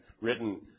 written